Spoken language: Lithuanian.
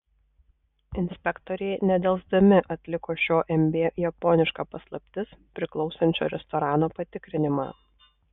inspektoriai nedelsdami atliko šio mb japoniška paslaptis priklausančio restorano patikrinimą